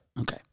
Okay